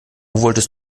wolltest